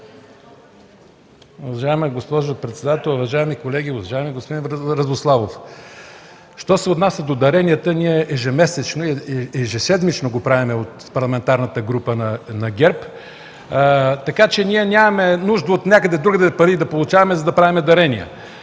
Уважаема госпожо председател, уважаеми колеги! Уважаеми господин Радославов, що се отнася до даренията, ние ежемесечно и ежеседмично го правим от Парламентарната група на ГЕРБ, така че нямаме нужда да получаваме пари от някъде другаде, за да правим дарения.